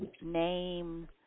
name